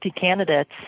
candidates